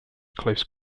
close